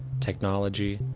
technology,